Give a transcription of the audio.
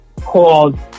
Called